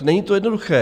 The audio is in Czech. Není to jednoduché.